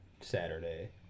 Saturday